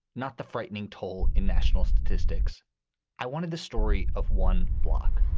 not the frightening toll in national statistics i wanted the story of one block,